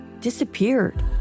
disappeared